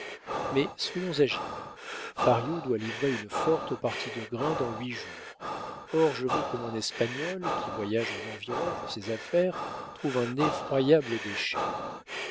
mais soyons agiles fario doit livrer une forte partie de grains dans huit jours or je veux que mon espagnol qui voyage aux environs pour ses affaires trouve un effroyable